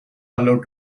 allowed